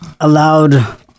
allowed